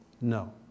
No